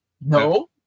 no